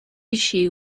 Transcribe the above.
issue